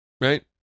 right